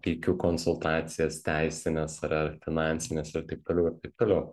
teikiu konsultacijas teisines ar ar finansines ir taip toliau ir taip toliau